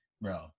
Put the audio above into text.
Bro